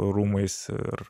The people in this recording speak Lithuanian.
rūmais ir